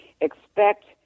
expect